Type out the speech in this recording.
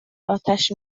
اتش